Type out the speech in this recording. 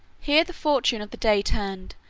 here the fortune of the day turned,